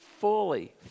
fully